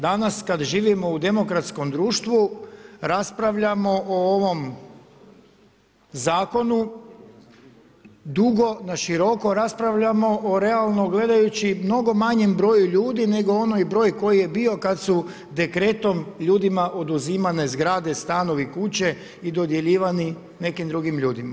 Danas kada živimo u demokratskom društvu, raspravljamo o ovom Zakonu, dugo naširoko raspravljamo o realno gledajući mnogo manjem broju ljudi nego onaj broj koji je bio kad su dekretom ljudima oduzimane zgrade, stanovi, kuće i dodjeljivani nekim drugim ljudima.